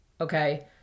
Okay